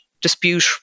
dispute